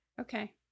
Okay